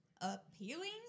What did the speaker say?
appealing